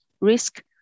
risk